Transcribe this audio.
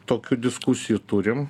tokių diskusijų turim